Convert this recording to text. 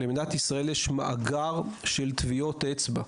למדינת ישראל יש מאגר של טביעות אצבע.